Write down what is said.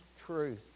truth